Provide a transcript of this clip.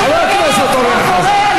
חבר הכנסת אורן חזן,